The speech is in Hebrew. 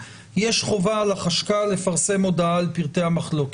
יש חובה לחשכ"ל לפרסם הודעה על פרטי המחלוקת.